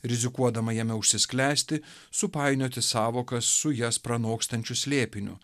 rizikuodama jame užsisklęsti supainioti sąvoką su jas pranokstančiu slėpiniu